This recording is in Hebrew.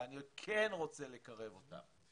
ואני כן רוצה לקרב אותם,